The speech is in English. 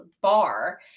bar